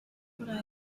what